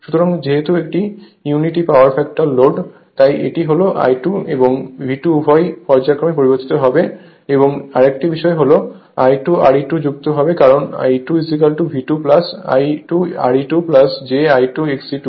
সুতরাং যেহেতু এটি ইউনিটি পাওয়ার ফ্যাক্টর লোড তাই এটি হল I2 এবং V2 উভয়ই পর্যায়ক্রমে পরিবর্তীত হবে এবং আরেকটি বিষয় হল I2 Re2 যুক্ত হবে কারণ E2 V2 I2Re2 jI2XE2